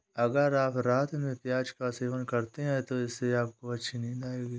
अगर आप रात में प्याज का सेवन करते हैं तो इससे आपको अच्छी नींद आएगी